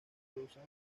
producen